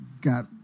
got